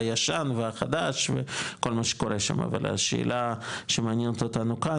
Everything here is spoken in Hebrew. על הישן וחדש וכל מה שקורה שם והשאלה שמעניינת אותנו כאן,